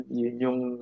yung